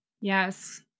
yes